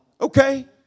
Okay